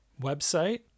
website